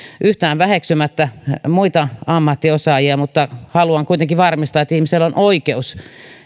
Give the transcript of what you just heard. yhtään väheksymättä muita ammattiosaajia haluan kuitenkin varmistaa että ihmisillä on oikeus